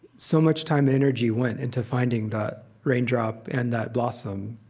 so much time and energy went into finding that rain drop and that blossom,